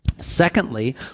Secondly